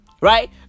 right